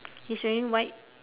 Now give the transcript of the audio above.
he's wearing white